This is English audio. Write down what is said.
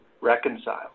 reconcile